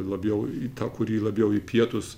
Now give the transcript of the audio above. labiau į tą kurį labiau į pietus